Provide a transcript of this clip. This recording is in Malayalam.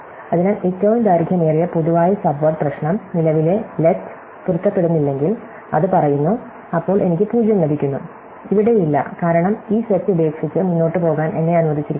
അതിനാൽ ഏറ്റവും ദൈർഘ്യമേറിയ പൊതുവായ സബ്വേഡ് പ്രശ്നം നിലവിലെ ലെറ്റ് പൊരുത്തപ്പെടുന്നില്ലെങ്കിൽ അത് പറയുന്നു അപ്പോൾ എനിക്ക് 0 ലഭിക്കുന്നു ഇവിടെ ഇല്ല കാരണം ഈ സെറ്റ് ഉപേക്ഷിച്ച് മുന്നോട്ട് പോകാൻ എന്നെ അനുവദിച്ചിരിക്കുന്നു